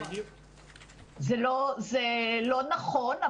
זה לא נכון,